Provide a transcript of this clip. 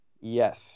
Yes